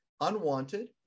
unwanted